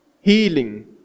healing